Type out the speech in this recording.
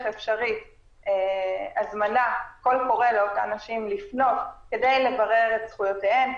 אפשרית קול קורא לאותן נשים לפנות כדי לברר את זכויותיהן,